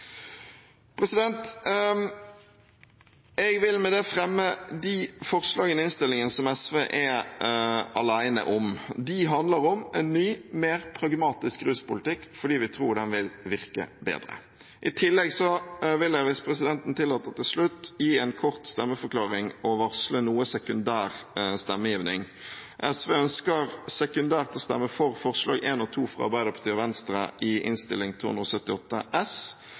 Jeg vil med dette fremme de forslagene i Innst. 279 S som SV er alene om. De handler om en ny, mer pragmatisk ruspolitikk, fordi vi tror den vil virke bedre. I tillegg vil jeg, hvis presidenten tillater det, til slutt gi en kort stemmeforklaring og varsle noen sekundære stemmegivninger. SV ønsker sekundært å stemme for forslagene nr. 1 og 2, fra Arbeiderpartiet og Venstre i Innst. 278 S.